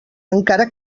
encara